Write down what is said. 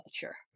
culture